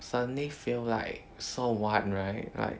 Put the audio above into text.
suddenly feel like so what right like